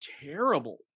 terrible